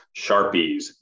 Sharpies